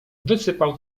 wysypał